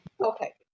Okay